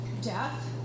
death